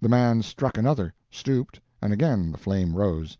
the man struck another, stooped, and again the flame rose